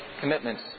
commitments